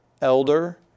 elder